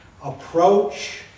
Approach